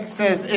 says